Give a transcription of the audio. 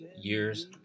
years